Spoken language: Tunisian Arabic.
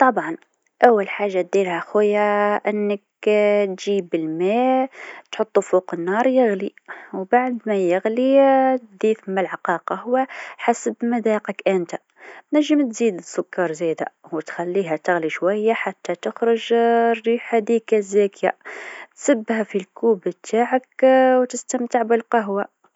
طبعًا! لتحضير كوب قهوة، أول حاجة حط ملعقة صغيرة من القهوة المطحونة في الفنجان. بعدين، غلي ماء في غلاية أو إبريق، وصبّه فوق القهوة. خليها تتخمر شوية لمدة دقيقتين الى تلات دقائق. لو تحبها قوية، خليها أكثر. بعدين، لو تحب، تقدر تضيف سكر أو حليب. وبالصحة!